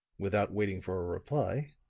without waiting for a reply,